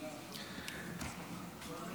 כל מילה.